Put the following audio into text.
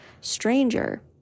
stranger